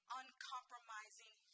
uncompromising